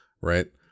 right